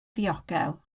ddiogel